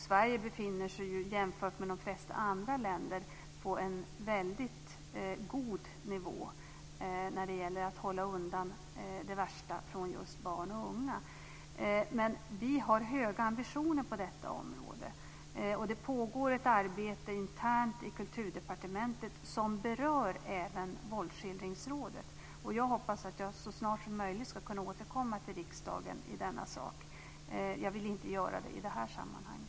Sverige befinner sig jämfört med de flesta andra länder på en god nivå när det gäller att hålla undan det värsta från just barn och unga. Vi har höga ambitioner på detta område. Det pågår ett arbete internt i Kulturdepartementet som berör även Våldsskildringsrådet. Jag hoppas att jag så snart som möjligt ska kunna återkomma till riksdagen i denna sak. Jag vill inte göra det i det här sammanhanget.